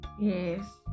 Yes